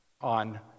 on